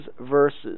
verses